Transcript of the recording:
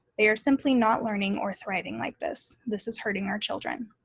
they are simply not learning or thriving like this. this is hurting our children.